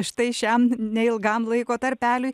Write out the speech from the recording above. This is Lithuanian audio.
štai šiam neilgam laiko tarpeliui